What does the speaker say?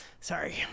Sorry